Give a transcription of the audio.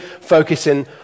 focusing